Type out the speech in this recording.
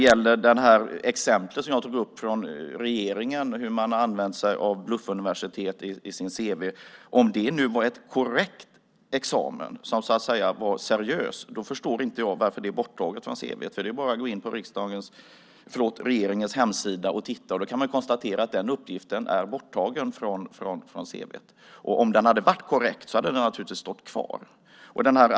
I det exempel som jag tog upp från regeringen har man använt sig av bluffuniversitet i ett cv. Om det nu var en korrekt examen som var seriös förstår inte jag varför det är borttaget från cv:t. Det är bara att gå in på regeringens hemsida och titta. Då kan man konstatera att den uppgiften är borttagen från cv:t. Om den hade varit korrekt hade den naturligtvis stått kvar.